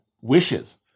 wishes